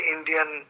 Indian